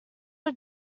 was